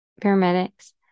paramedics